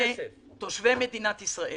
תושבי מדינת ישראל,